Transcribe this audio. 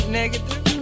negative